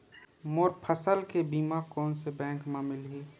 मोर फसल के बीमा कोन से बैंक म मिलही?